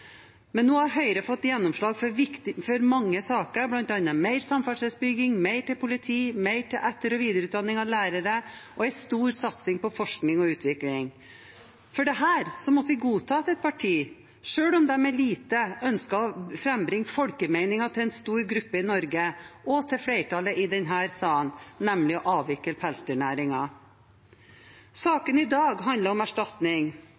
men nå har Høyre fått gjennomslag for mange saker, bl.a. mer samferdselsbygging, mer til politi, mer til etter- og videreutdanning av lærere og en stor satsing på forskning og utvikling. For dette måtte vi godta at et parti, selv om det er lite, ønsket å frambringe folkemeningen til en stor gruppe i Norge og meningen til flertallet i denne salen, nemlig at de vil avvikle pelsdyrnæringen. Saken i dag handler om erstatning.